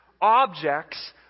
objects